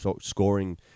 scoring